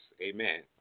amen